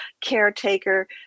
caretaker